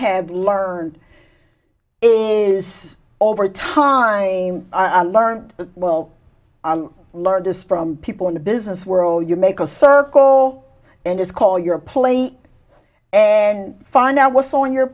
have learned is over time i learned well learned this from people in the business world you make a circle and it's call your plate and find out what's on your